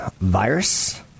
virus